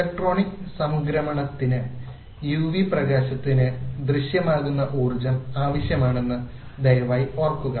electronic സംക്രമണത്തിന് UV പ്രകാശത്തിന് ദൃശ്യമാകുന്ന ഊർജ്ജം ആവശ്യമാണെന്ന് ദയവായി ഓർക്കുക